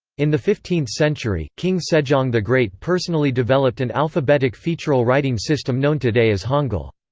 in the fifteenth century, king sejong the great personally developed an alphabetic featural writing system known today as hangul.